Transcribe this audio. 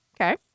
okay